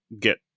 get